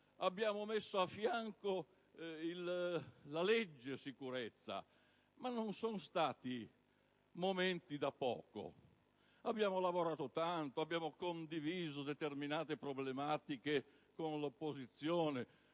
abbiamo affiancato la legge sulla sicurezza. Non sono stati momenti da poco. Abbiamo lavorato tanto, abbiamo condiviso determinate problematiche con l'opposizione